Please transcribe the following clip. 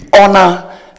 honor